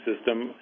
system